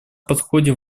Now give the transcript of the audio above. подходе